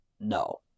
No